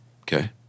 Okay